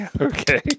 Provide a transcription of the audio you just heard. Okay